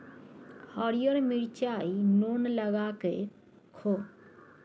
हरियर मिरचाई नोन लगाकए खो